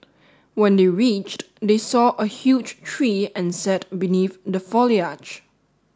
when they reached they saw a huge tree and sat beneath the foliage